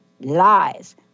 lies